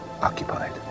occupied